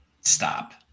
stop